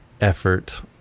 effort